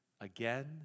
again